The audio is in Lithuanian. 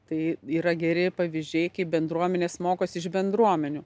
tai yra geri pavyzdžiai kaip bendruomenės mokosi iš bendruomenių